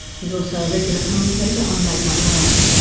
he's also a regular commentator on late night live.